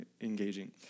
engaging